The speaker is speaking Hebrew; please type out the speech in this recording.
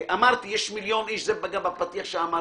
אמרתי, יש מיליון איש, וזה גם בפתיח אמרתי,